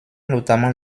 notamment